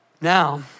Now